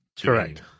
Correct